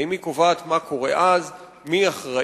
האם היא קובעת מה קורה אז, מי אחראי,